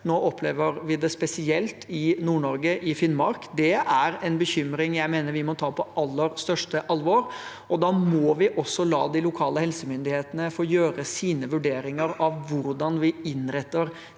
Nå opplever vi det spesielt i Nord-Norge, i Finnmark. Det er en bekymring jeg mener vi må ta på aller største alvor. Da må vi også la de lokale helsemyndighetene få gjøre sine vurderinger av hvordan vi innretter